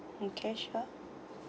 okay sure